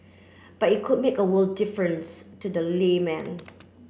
but it could make a world difference to the layman